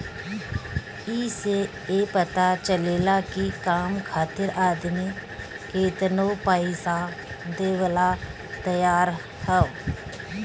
ए से ई पता चलेला की काम खातिर आदमी केतनो पइसा देवेला तइयार हअ